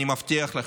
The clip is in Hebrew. אני מבטיח לכם,